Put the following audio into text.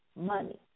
money